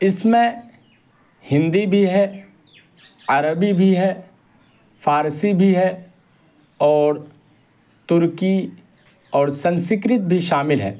اس میں ہندی بھی ہے عربی بھی ہے فارسی بھی ہے اور ترکی اور سنسکرت بھی شامل ہے